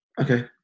Okay